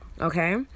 Okay